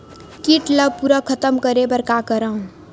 कीट ला पूरा खतम करे बर का करवं?